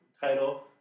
title